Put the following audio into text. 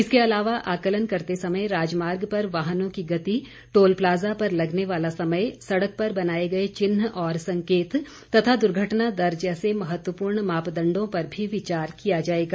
इसके अलावा आकलन करते समय राजमार्ग पर वाहनों की गति टोल प्लाजा पर लगने वाला समय सड़क पर बनाए गए चिन्ह और संकेत तथा दुर्घटना दर जैसे महत्वपूर्ण मापदंडों पर भी विचार किया जाएगा